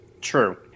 True